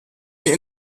ihn